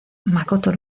makoto